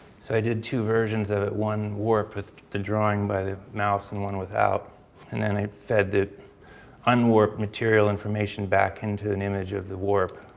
so i did two versions of it. one, warp with the drawing by the mouse and one without and then i fed the unwarped material information back into an image of the warped.